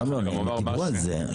דיברו על זה,